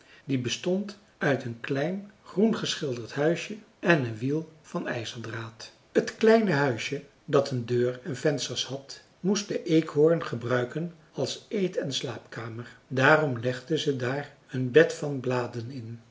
die bestond uit een klein groengeschilderd huisje en een wiel van ijzerdraad t kleine huisje dat een deur en vensters had moest de eekhoorn gebruiken als eet en slaapkamer daarom legden ze daar een bed van bladen in